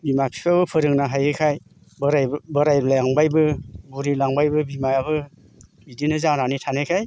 बिमा फिफायाबो फोरोंनो हायैखाय बोराय बोरायलांबायबो बुरिलांबायबो बिमायाबो बिदिनो जानानै थानायखाय